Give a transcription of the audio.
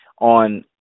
on